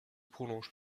prolonge